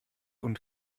und